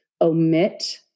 omit